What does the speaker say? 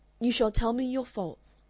you shall tell me your faults,